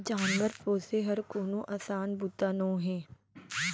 जानवर पोसे हर कोनो असान बूता नोहे